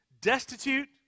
destitute